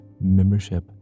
membership